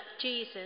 Jesus